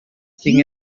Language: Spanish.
sin